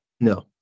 No